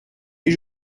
les